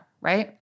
right